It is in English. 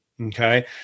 Okay